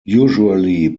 usually